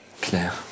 Claire